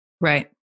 Right